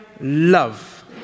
love